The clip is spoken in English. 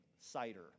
cider